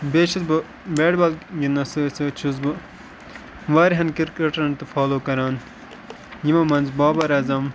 بیٚیہِ چھُس بہٕ بیٹ بال گِنٛدنَس سۭتۍ سۭتۍ چھُس بہٕ واریاہَن کِرکٹرٛن تہِ فالو کَران یِمو منٛز بابر اعظم